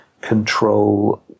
control